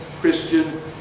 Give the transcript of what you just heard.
Christian